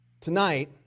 Tonight